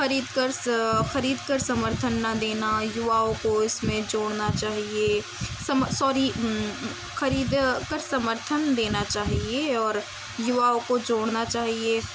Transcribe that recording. خرید کر خرید کر سمرتھن نہ دینا یواؤں کو اس میں جوڑنا چاہیے سوری خرید کر سمرتھن دینا چاہیے اور یواؤں کو جوڑنا چاہیے